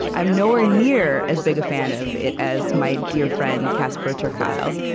i'm nowhere near as big a fan of it as my dear friend, casper ter kuile.